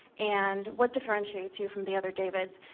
and what differentiates you from the other davids?